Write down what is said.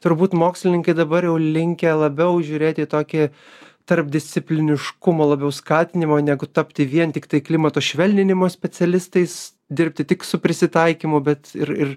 turbūt mokslininkai dabar jau linkę labiau žiūrėt į tokį tarpdiscipliniškumo labiau skatinimą negu tapti vien tiktai klimato švelninimo specialistais dirbti tik su prisitaikymu bet ir ir